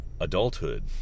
adulthood